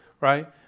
right